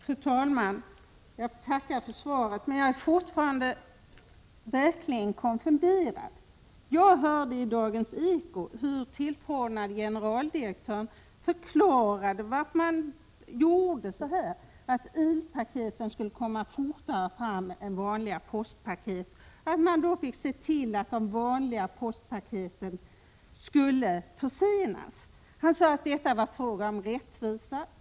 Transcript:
Fru talman! Jag tackar för svaret, men jag är verkligen fortfarande konfunderad. I Dagens Eko hörde jag hur den tillförordnade generaldirektören förklarade varför man gjorde så här — försenade vanliga paket för att ilpaketen skulle komma fram fortare än de vanliga. Man såg till att de vanliga postpaketen blev försenade. Han sade att det var fråga om rättvisa.